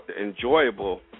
enjoyable